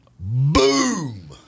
Boom